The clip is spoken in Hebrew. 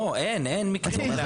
לא, אין מקרים כאלה.